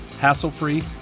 hassle-free